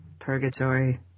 Purgatory